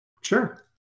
Sure